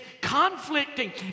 conflicting